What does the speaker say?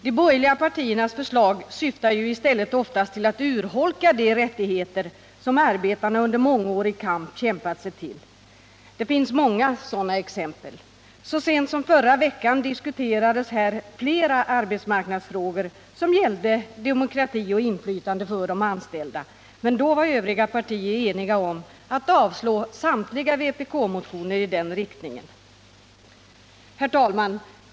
De borgerliga partiernas förslag syftar i stället oftast till att urholka de rättigheter som arbetarna under mångårig kamp kämpat sig till. Det finns många sådana exempel. Så sent som förra veckan diskuterades här flera arbetsmarknadsfrågor som gällde demokrati och inflytande för de anställda, men då var övriga partier eniga om att avslå samtliga vpk-motioner i den riktningen. Herr talman!